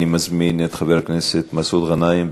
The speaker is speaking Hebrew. אני מזמין את חבר הכנסת מסעוד גנאים.